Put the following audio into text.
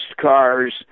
cars